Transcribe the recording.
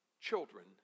children